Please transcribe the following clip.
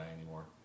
anymore